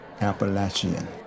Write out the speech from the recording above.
Appalachian